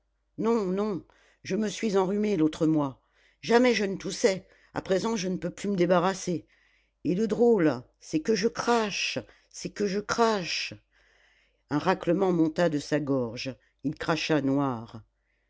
non non je me suis enrhumé l'autre mois jamais je ne toussais à présent je ne peux plus me débarrasser et le drôle c'est que je crache c'est que je crache un raclement monta de sa gorge il cracha noir